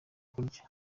kurya